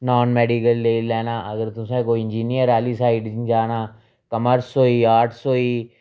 नान medical लेई लैना अगर तुसें कोई इंजीनियर आह्ली साइड जाना कमर्स होई गेआ आर्टस होई